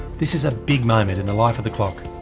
this is a big moment in the life of the clock.